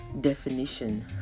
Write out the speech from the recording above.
definition